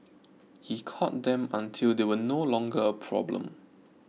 he caught them until they were no longer a problem